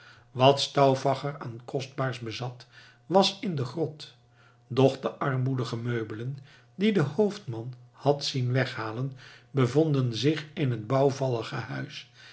wat stauffacher aan kostbaars bezat was in de grot doch de armoedige meubelen die de hoofdman had zien weghalen bevonden zich in het bouwvallige huis